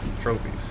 Trophies